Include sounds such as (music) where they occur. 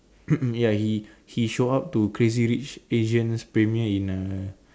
(coughs) ya he he show up to crazy rich asian's premiere in err